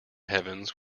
heavens